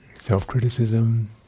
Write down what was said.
self-criticism